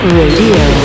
radio